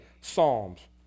psalms